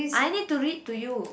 I need to read to you